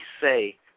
say